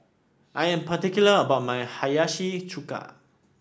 I am particular about my Hiyashi Chuka